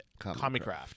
Comicraft